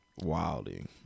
wilding